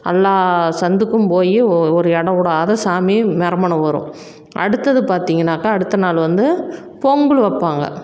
எல்லா சந்துக்கும் போய் ஒ ஒரு இடம் விடாத சாமி மறுமணம் வரும் அடுத்தது பார்த்திங்கனாக்கா அடுத்தநாள் வந்து பொங்கல் வைப்பாங்க